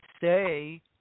say